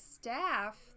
staff